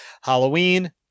Halloween